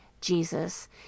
Jesus